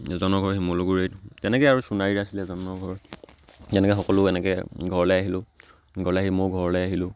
এজনৰ ঘৰ শিমলুগুৰিত তেনেকৈ আৰু চোণাৰীত আছিলে এজনৰ ঘৰ তেনেকৈ সকলো এনেকৈ ঘৰলৈ আহিলোঁ ঘৰলৈ আহি মইও ঘৰলৈ আহিলোঁ